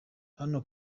hano